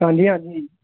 ਹਾਂਜੀ ਹਾਂਜੀ